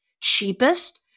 cheapest